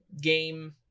game